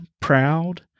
proud